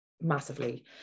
massively